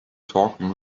talking